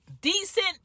decent